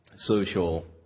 social